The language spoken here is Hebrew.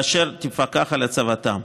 והיא גם תפקח על הצבתם.